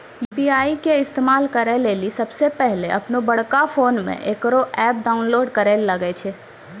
UPI के इस्तेमाल करै लेली सबसे पहिलै अपनोबड़का फोनमे इकरो ऐप डाउनलोड करैल लागै छै